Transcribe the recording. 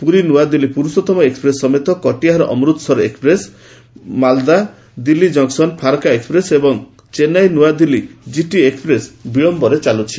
ପୁରୀ ନୂଆଦିଲ୍ଲୀ ପୁରୁଷୋତ୍ତମ ଏକ୍କପ୍ରେସ୍ ସମେତ Katihar Amritsar express Malda Delhi junction Farakka express ଏବଂ ଚେନ୍ନାଇ ନୂଆଦିଲ୍ଲୀ ଜିଟି ଏକ୍ସପ୍ରେସ୍ ବିଳମ୍ଘରେ ଚାଲୁଛି